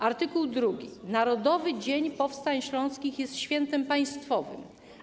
Art. 2. Narodowy Dzień Powstań Śląskich jest świętem państwowym.